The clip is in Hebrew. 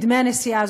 בדמי הנסיעה,